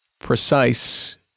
precise